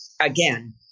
Again